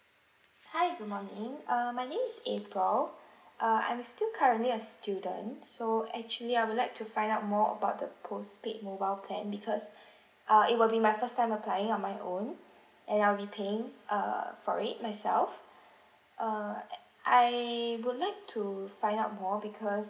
hi good morning err my name is april uh I'm still currently a student so actually I would like to find out more about the postpaid mobile plan because uh it will be my first time applying on my own and I'll be paying err for it myself err I would like to find out more because